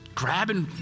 grabbing